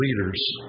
leaders